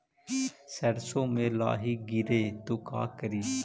सरसो मे लाहि गिरे तो का करि?